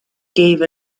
gave